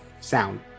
sound